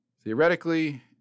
Theoretically